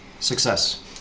Success